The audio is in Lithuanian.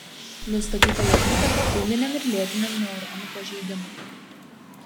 nustatyta jo įtaka ūminiam ir lėtiniam neuronų pažeidimui